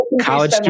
College